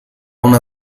una